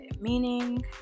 Meaning